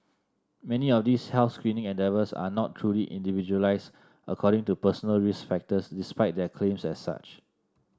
many of these health screening endeavours are not truly individualised according to personal risk factors despite their claims as such